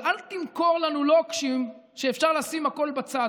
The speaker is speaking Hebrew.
אבל אל תמכור לנו לוקשים שאפשר לשים הכול בצד.